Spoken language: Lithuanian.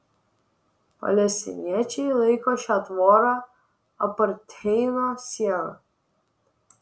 palestiniečiai laiko šią tvorą apartheido siena